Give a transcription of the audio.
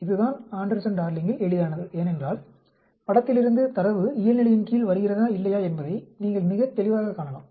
இதுதான் ஆண்டர்சன் டார்லிங்கில் எளிதானது ஏனென்றால் படத்திலிருந்து தரவு இயல்நிலையின் கீழ் வருகிறதா இல்லையா என்பதை நீங்கள் மிகத் தெளிவாகக் காணலாம்